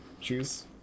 choose